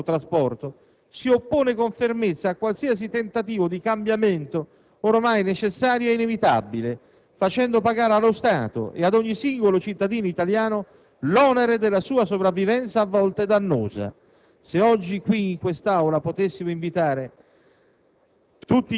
Questa categoria, presente anche in molti altri settori del nostro trasporto, si oppone con fermezza a qualsiasi tentativo di cambiamento oramai necessario ed inevitabile, facendo pagare allo Stato ed a ogni singolo cittadino italiano l'onere della sua sopravvivenza a volte dannosa.